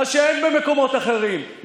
מה שאין במקומות אחרים,